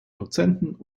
dozenten